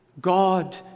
God